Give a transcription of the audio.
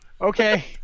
Okay